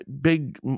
big